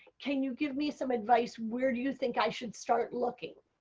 can you give me some advice where you think i should start looking?